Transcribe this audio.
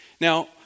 Now